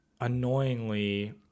annoyingly